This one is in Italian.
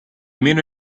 meno